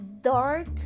dark